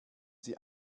sie